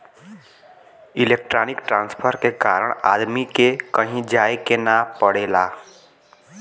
electronic transfer के कारण आदमी के कहीं जाये के ना पड़ेला